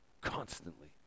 constantly